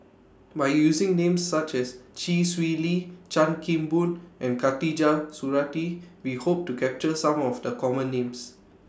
By using Names such as Chee Swee Lee Chan Kim Boon and Khatijah Surattee We Hope to capture Some of The Common Names